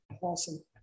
Awesome